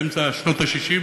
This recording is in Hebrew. באמצע שנות ה-60,